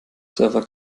server